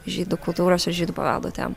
žydų kultūros ir žydų paveldo temų